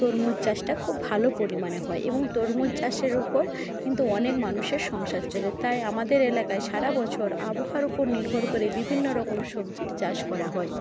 তরমুজ চাষটা খুব ভালো পরিমাণে হয় এবং তরমুজ চাষের ওপর কিন্তু অনেক মানুষের সংসার চলে তাই আমাদের এলাকায় সারা বছর আবহাওয়ার ওপর নির্ভর করে বিভিন্ন রকম সবজির চাষ করা হয়